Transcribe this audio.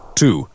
two